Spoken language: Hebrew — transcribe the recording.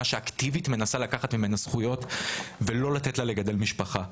שאקטיבית מנסה לקחת ממנה זכויות ולא לתת לה לגדל משפחה?